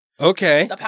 Okay